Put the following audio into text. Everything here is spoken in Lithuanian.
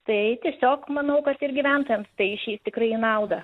tai tiesiog manau kad ir gyventojams tai išeis tikrai į naudą